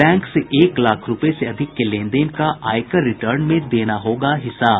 bank से एक लाख रूपये से अधिक के लेनदेन का आयकर रिटर्न में देना होगा हिसाब